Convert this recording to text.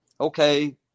Okay